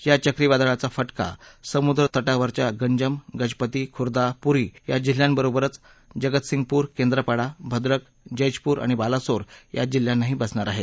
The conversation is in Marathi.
या चक्रीवादाळाचा फटका समुद्र तटावरच्या गंजम गजपती खुरदा पुरी या जिल्ह्यांवरोबर जगतसिंगपूर केंद्रापाडा भद्रक जेजपूर आणि बालासोर या जिल्ह्यांनाही बसणार आहे